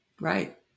Right